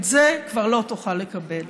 את זה כבר לא תוכל לקבל.